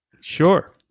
Sure